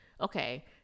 okay